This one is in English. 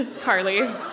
Carly